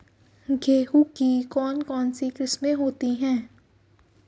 गेहूँ की कौन कौनसी किस्में होती है?